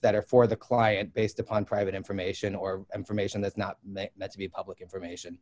that are for the client based upon private information or information that's not that's the public information